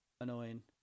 Annoying